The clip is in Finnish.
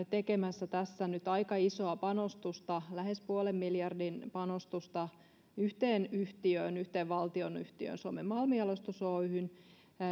tekemässä tässä nyt aika isoa panostusta lähes puolen miljardin panostusta yhteen valtionyhtiöön yhteen valtionyhtiöön suomen malmijalostus oyhyn